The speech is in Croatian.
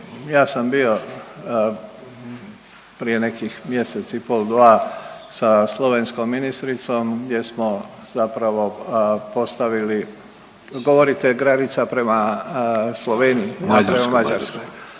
Ja sam bio prije nekih mjesec i pol, dva sa slovenskom ministricom gdje smo zapravo postavili, govorite granica prema Sloveniji? Ne prema